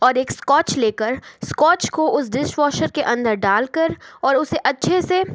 और एक स्कॉच लेकर स्कॉच को उस डिशवॉशर के अंदर डाल कर और उसे अच्छे से